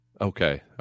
Okay